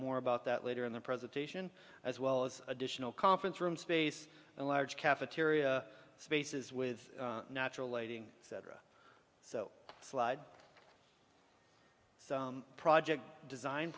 more about that later in the presentation as well as additional conference room space and large cafeteria spaces with natural lighting etc so slide project design